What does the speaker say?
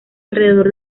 alrededor